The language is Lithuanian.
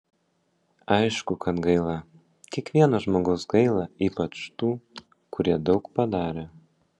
aišku kad gaila kiekvieno žmogaus gaila ypač tų kurie daug padarė